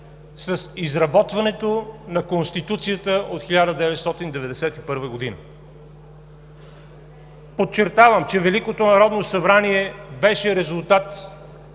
с изработването на Конституцията от 1991 г. Подчертавам, че Великото народно събрание беше резултат